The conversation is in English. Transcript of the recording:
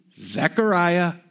Zechariah